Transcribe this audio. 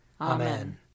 Amen